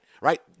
right